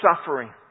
suffering